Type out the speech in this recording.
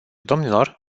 domnilor